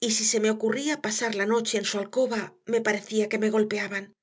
y si se me ocurría pasar la noche en su alcoba me parecía que me golpeaban